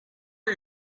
are